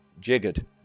jiggered